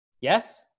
Yes